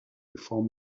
before